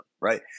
Right